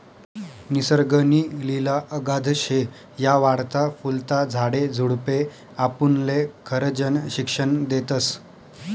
निसर्ग नी लिला अगाध शे, या वाढता फुलता झाडे झुडपे आपुनले खरजनं शिक्षन देतस